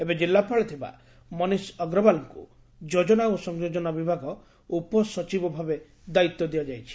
ଏବେ ଜିଲ୍ଲାପାଳ ଥିବା ମନୀଷ ଅଗ୍ରଓ୍ୱାଲଙ୍କୁ ଯୋଜନା ଓ ସଂଯୋଜନା ବିଭାଗ ଉପସଚିବ ଭାବେ ଦାୟିତ୍ୱ ଦିଆଯାଇଛି